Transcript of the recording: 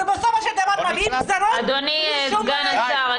ובסופו של דבר מביאים גזירות --- אדוני סגן השר,